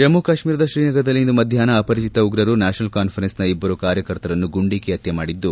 ಜಮ್ಮ ಕಾಶ್ಮೀರದ ಶ್ರೀನಗರದಲ್ಲಿ ಇಂದು ಮಧ್ಯಾಷ್ನ ಅಪರಿಚತ ಉಗ್ರರು ನ್ಯಾಷನಲ್ ಕಾನ್ಫರೆನ್ಸ್ನ ಇಬ್ಬರು ಕಾರ್ಯಕರ್ತರನ್ನು ಗುಂಡಿಕ್ಕಿ ಹತ್ಯೆ ಮಾಡಿದ್ದು